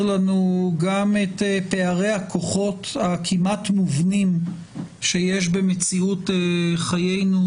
לנו גם את פערי הכוחות הכמעט מובנים שיש במציאות חיינו,